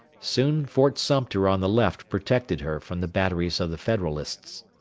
soon fort sumter on the left protected her from the batteries of the federalists.